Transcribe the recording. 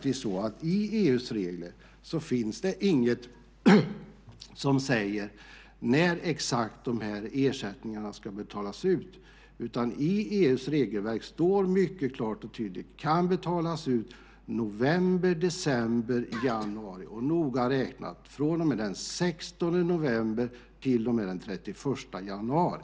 I EU:s regler finns det faktiskt inget som säger exakt när dessa ersättningar ska betalas ut. I EU:s regelverk står mycket klart och tydligt att de kan betalas ut under november, december och januari, noga räknat från och med den 16 november till och med den 31 januari.